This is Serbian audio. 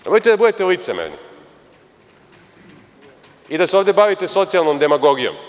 Nemojte da budete licemerni i da se ovde bavite socijalnom demagogijom.